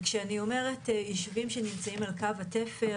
וכשאני אומרת יישובים שנמצאים על קו התפר,